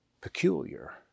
peculiar